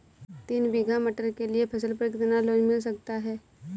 तीन बीघा मटर के लिए फसल पर कितना लोन मिल सकता है?